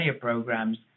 programs